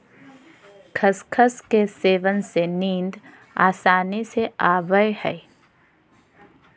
खसखस के सेवन से नींद आसानी से आवय हइ